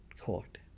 court